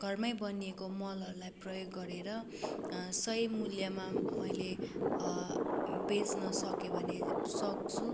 घरमै बनिएको मलहरूलाई प्रयोग गरेर सही मुल्यमा मैले बेच्न सकेँ भने सक्छु